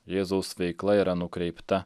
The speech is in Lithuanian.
jėzaus veikla yra nukreipta